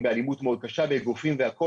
באלימות מאוד קשה באגרופים והכול,